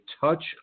Touch